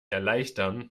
erleichtern